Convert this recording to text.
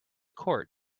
court